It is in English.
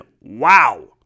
Wow